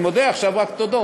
אני מודה, עכשיו רק תודות,